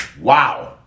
Wow